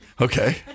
Okay